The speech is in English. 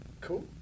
cool